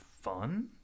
fun